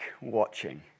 watching